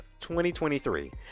2023